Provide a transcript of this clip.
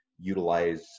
utilize